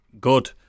good